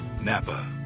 Napa